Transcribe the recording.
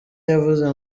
yavuze